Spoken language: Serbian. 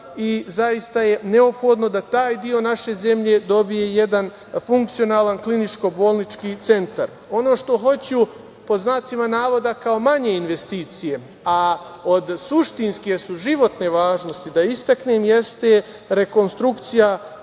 i zaista je neophodno da taj deo naše zemlje dobije jedan funkcionalan kliničko-bolnički centar. Ono što hoću, pod znacima navoda, kao manje investicije, a od suštinske su, životne važnosti, da istaknem jeste rekonstrukcija